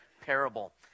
parable